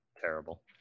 Terrible